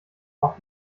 auch